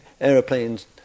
aeroplanes